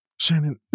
Shannon